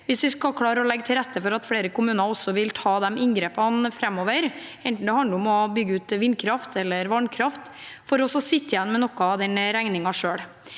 hvis vi skal klare å legge til rette for at flere kommuner vil gjøre disse inngrepene framover, enten det handler om å bygge ut vindkraft eller vannkraft, og sitte igjen med noe av den regningen selv.